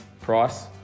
price